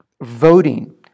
Voting